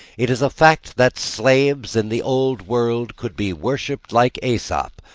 it is a fact that slaves in the old world could be worshipped like aesop,